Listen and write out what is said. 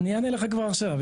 אני אענה לך כבר עכשיו.